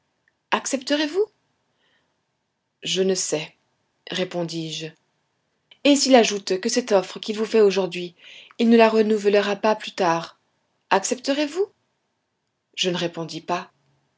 accepterez vous je ne sais répondis-je et s'il ajoute que cette offre qu'il vous fait aujourd'hui il ne la renouvellera pas plus tard accepterez vous je ne répondis pas